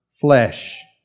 flesh